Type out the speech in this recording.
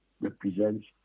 represents